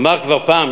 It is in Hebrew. אמר כבר פעם,